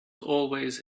always